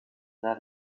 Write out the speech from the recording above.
that